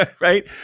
Right